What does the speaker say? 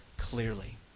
clearly